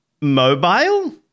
mobile